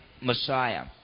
Messiah